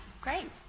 Great